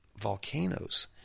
volcanoes